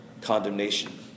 condemnation